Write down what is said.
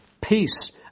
peace